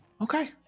Okay